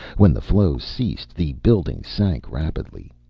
when the flow ceased the building sank rapidly.